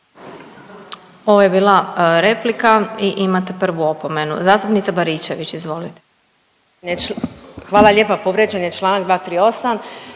Ovo je bila replika i imate prvu opomenu. Zastupnica Baričević, izvolite. **Baričević, Danica